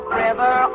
river